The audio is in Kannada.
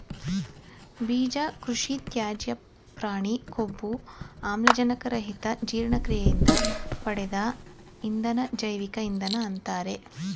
ಬೀಜ ಕೃಷಿತ್ಯಾಜ್ಯ ಪ್ರಾಣಿ ಕೊಬ್ಬು ಆಮ್ಲಜನಕ ರಹಿತ ಜೀರ್ಣಕ್ರಿಯೆಯಿಂದ ಪಡೆದ ಇಂಧನ ಜೈವಿಕ ಇಂಧನ ಅಂತಾರೆ